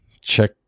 check